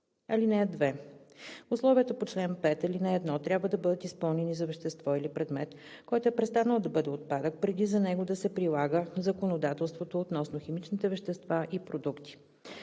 (2) Условията по чл. 5, ал. 1 трябва да бъдат изпълнени за вещество или предмет, който е престанал да бъде отпадък, преди за него да се прилага законодателството относно химичните вещества и продукти.“